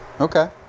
Okay